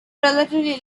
relatively